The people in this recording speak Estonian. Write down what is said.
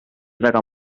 väga